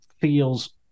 feels